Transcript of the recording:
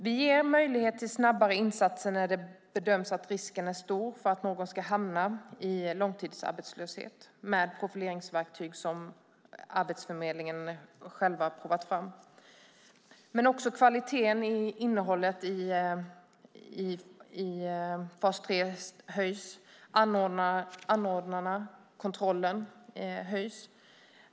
Vi ger möjlighet till snabbare insatser när det bedöms att risken är stor för att någon ska hamna i arbetslöshet, med profileringsverktyg som Arbetsförmedlingen själva har provat fram. Men också kvaliteten och innehållet i fas 3 höjs liksom kontrollen av anordnarna.